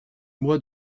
mois